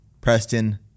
Preston